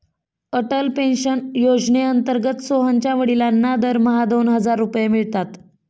Atal pension योजनेअंतर्गत सोहनच्या वडिलांना दरमहा दोन हजार रुपये मिळतात